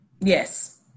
Yes